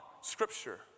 Scripture